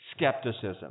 skepticism